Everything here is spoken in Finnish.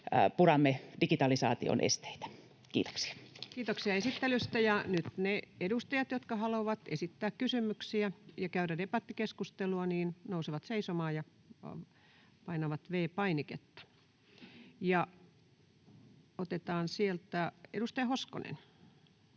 vuodelle 2025 Time: 10:14 Content: Kiitoksia esittelystä. — Ja nyt ne edustajat, jotka haluavat esittää kysymyksiä ja käydä debattikeskustelua, nousevat seisomaan ja painavat V-painiketta. — Otetaan sieltä edustaja Hoskonen.